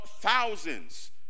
thousands